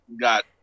got